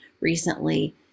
recently